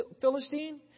Philistine